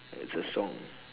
ya it's a song